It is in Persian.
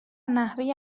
نحوه